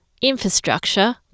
Infrastructure